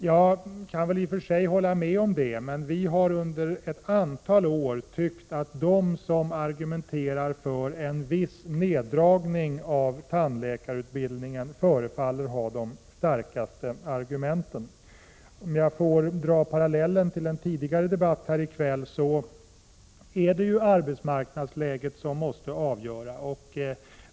Jag kan i och för sig hålla med om det, men folkpartiet har under ett antal år ansett att de som argumenterar för en viss neddragning av tandläkarutbildningen förefaller ha de starkaste argumenten. Om jag får dra en parallell till en tidigare debatt här i kväll vill jag säga att det är arbetsmarknadsläget som måste avgöra.